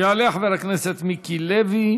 יעלה חבר הכנסת מיקי לוי,